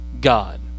God